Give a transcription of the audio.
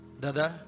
Dada